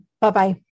Bye-bye